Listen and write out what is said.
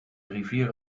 rivier